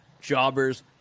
Jobbers